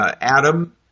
Adam